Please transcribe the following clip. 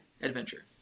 adventure